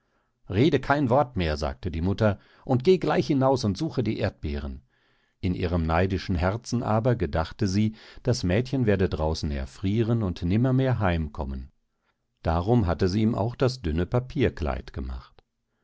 rede kein wort mehr sagte die mutter und geh gleich hinaus und suche die erdbeeren in ihrem neidischen herzen aber gedachte sie das mädchen werde draußen erfrieren und nimmermehr heimkommen darum hatte sie ihm auch das dünne papierkleid gemacht